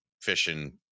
fishing